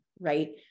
right